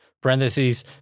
Parentheses